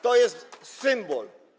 To jest symbol.